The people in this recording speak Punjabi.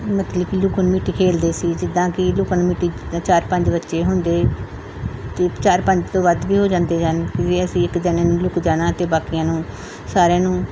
ਮਤਲਬ ਕਿ ਲੁੱਕਣ ਮੀਟੀ ਖੇਡਦੇ ਸੀ ਜਿੱਦਾਂ ਕਿ ਲੁੱਕਣ ਮੀਟੀ ਜਿੱਦਾਂ ਚਾਰ ਪੰਜ ਬੱਚੇ ਹੁੰਦੇ ਅਤੇ ਚਾਰ ਪੰਜ ਤੋਂ ਵੱਧ ਵੀ ਹੋ ਜਾਂਦੇ ਹਨ ਵੀ ਅਸੀਂ ਇੱਕ ਜਣੇ ਨੇ ਲੁੱਕ ਜਾਣਾ ਅਤੇ ਬਾਕੀਆਂ ਨੂੰ ਸਾਰਿਆਂ ਨੂੰ